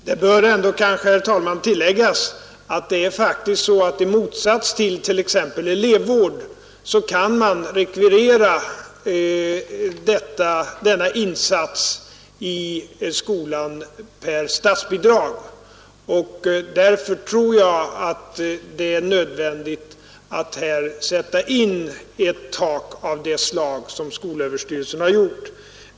Herr talman! Kanske bör det tilläggas att man i motsats till när det gäller elevvård kan rekvirera denna insats från skolan per statsbidrag. Därför tror jag att det är nödvändigt att här sätta ett tak av det slag som skolöverstyrelsen har gjort.